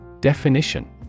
Definition